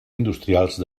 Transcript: industrials